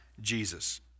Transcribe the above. Jesus